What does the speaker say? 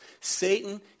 Satan